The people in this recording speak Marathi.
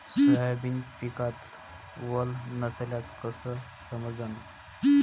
सोयाबीन पिकात वल नसल्याचं कस समजन?